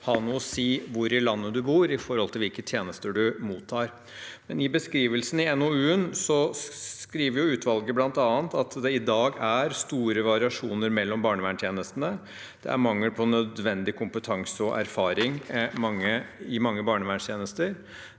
ha noe å si hvor i landet man bor for hvilke tjenester man mottar, men i beskrivelsen i NOU-en skriver utvalget bl.a. at det i dag er store variasjoner mellom barnevernstjenestene. Det er mangel på nødvendig kompetanse og erfaring i mange barnevernstjenester,